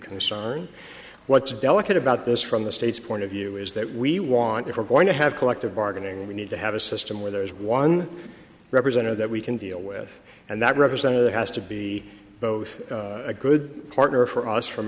concern what's delicate about this from the state's point of view is that we want if we're going to have collective bargaining we need to have a system where there is one representative that we can deal with and that represented it has to be both a good partner for us from